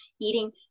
eating